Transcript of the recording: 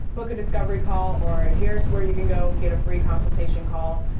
book a discovery call, or here's where you can go get a free consultation call.